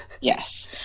Yes